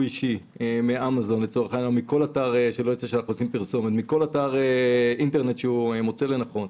אישי מאמזון או מכל אתר אינטרנט שהוא מוצא לנכון,